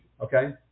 Okay